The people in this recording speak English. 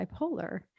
bipolar